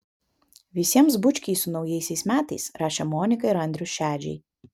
visiems bučkiai su naujaisiais metais rašė monika ir andrius šedžiai